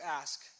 ask